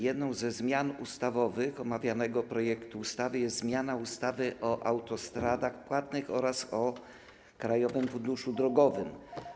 Jedną ze zmian ustawowych w przypadku omawianego projektu ustawy jest zmiana ustawy o autostradach płatnych oraz o Krajowym Funduszu Drogowym.